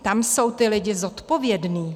Tam jsou ti lidi zodpovědní.